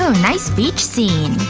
so nice beach scene!